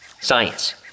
Science